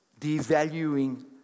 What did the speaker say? devaluing